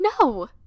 no